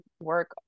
work